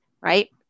Right